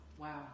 Wow